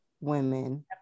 women